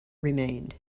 remained